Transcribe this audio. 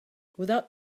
without